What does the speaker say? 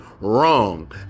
Wrong